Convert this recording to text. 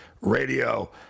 Radio